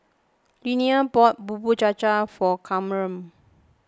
Lionel bought Bubur Cha Cha for Camren